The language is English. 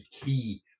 key